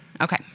Okay